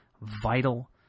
vital